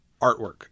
artwork